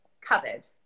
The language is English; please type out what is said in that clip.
covered